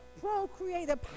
procreative